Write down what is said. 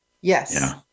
Yes